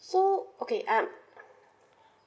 so okay um